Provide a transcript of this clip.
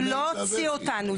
לא הוציאו אותנו,